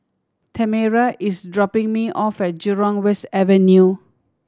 Tamera is dropping me off at Jurong West Avenue